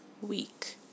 week